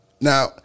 Now